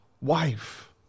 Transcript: wife